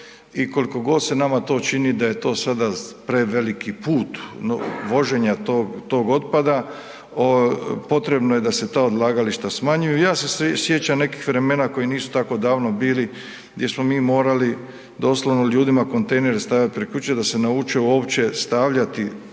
i koliko god se nama to čini da je to sada preveliki put voženja tog otpada, potrebno je da se ta odlagališta smanjuju. Ja se sjećam nekih vremena koji nisu tako davno bili, gdje smo mi morali doslovno ljudima kontejnere stavljati pred kuće da se nauče uopće stavljati